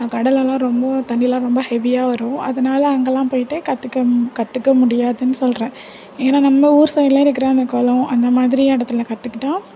கடலெல்லாம் ரொம்ப தண்ணிலாம் ரொம்ப ஹெவியாக வரும் அதனால் அங்கேலாம் போயிட்டு கத்துக்க கத்துக்க முடியாதுனு சொல்கிறேன் ஏன்னா நம்ம ஊர் சைடில் இருக்கிற அந்த குளம் அந்தமாதிரி இடத்துல கத்துக்கிட்டால்